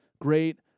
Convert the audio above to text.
great